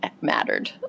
mattered